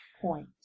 point